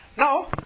Now